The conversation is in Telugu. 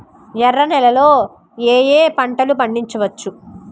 ఎర్ర నేలలలో ఏయే పంటలు పండించవచ్చు?